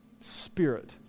spirit